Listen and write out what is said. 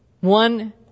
One